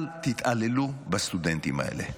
אל תתעללו בסטודנטים האלה.